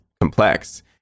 complex